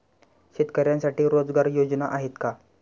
शेतकऱ्यांसाठी रोजगार योजना आहेत का?